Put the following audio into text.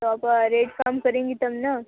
तो आप रेट कम करेंगी तब ना